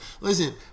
Listen